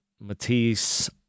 Matisse